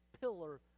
pillar